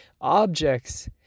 objects